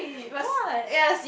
what